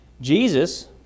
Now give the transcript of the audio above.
Jesus